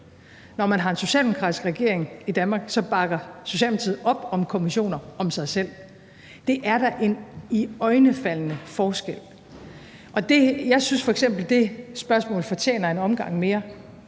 Når man har en socialdemokratisk regering i Danmark, bakker Socialdemokratiet op om kommissioner om sig selv. Det er da en iøjnefaldende forskel. Jeg synes f.eks., at følgende spørgsmål fortjener en omgang mere: